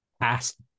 past